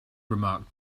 remarked